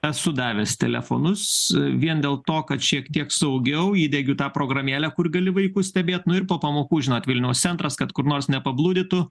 esu davęs telefonus vien dėl to kad šiek tiek saugiau įdegiu tą programėlę kur gali vaikus stebėt po pamokų žinot vilniaus centras kad kur nors nepablūdytų